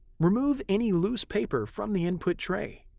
remove any loose paper from the input tray.